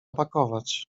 pakować